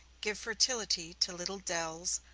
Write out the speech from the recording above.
give fertility to little dells,